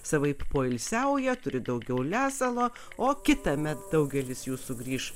savaip poilsiauja turi daugiau lesalo o kitąmet daugelis jų sugrįš